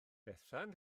bethan